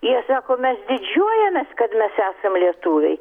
jie sako mes didžiuojamės kad mes esam lietuviai